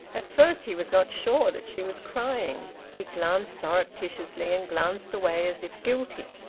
at first he was not sure that she was crying. he glanced surreptitiously, and glanced away as if guilty.